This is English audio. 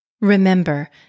Remember